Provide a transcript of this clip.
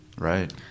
Right